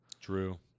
True